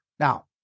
Now